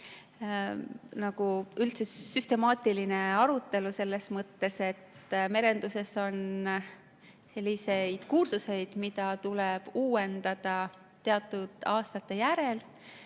üldse süstemaatiline arutelu selles mõttes, et merenduses on selliseid kursuseid, mida tuleb uuendada teatud aastate järel.